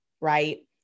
right